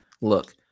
look